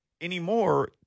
anymore